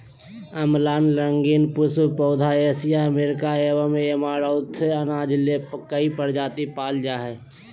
अम्लान रंगीन पुष्प पौधा एशिया अमेरिका में ऐमारैंथ अनाज ले कई प्रजाति पाय जा हइ